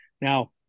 now